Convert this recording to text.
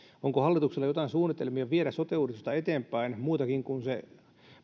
onko hallituksella jotain suunnitelmia viedä sote uudistusta eteenpäin muitakin kuin se